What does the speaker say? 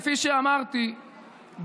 כפי שאמרתי,